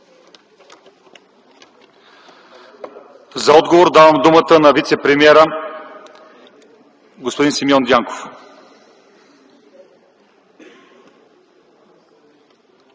За отговор давам думата на вицепремиера господин Симеон Дянков.